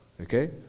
Okay